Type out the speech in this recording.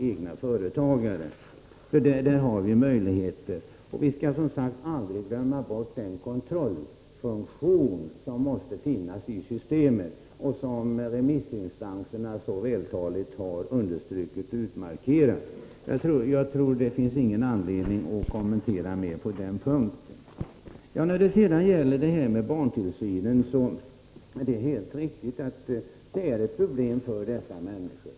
Där föreligger det alltså möjligheter, och vi skall som sagt aldrig glömma bort den kontrollfunktion som måste finnas i systemet, vilket remissinstanserna så vältaligt har markerat. Jag tror inte att det finns anledning att göra flera kommentarer på den punkten. Det är helt riktigt att barntillsynen är ett problem för dessa människor.